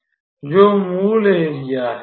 जोकि मूल एरिया है